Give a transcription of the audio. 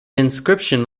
inscription